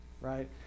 right